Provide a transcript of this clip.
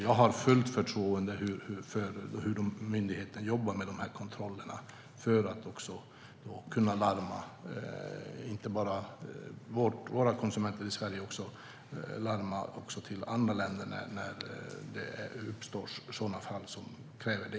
Jag har fullt förtroende för hur myndigheten jobbar med dessa kontroller för att kunna larma inte bara svenska konsumenter utan andra länder när det uppstår fall som kräver det.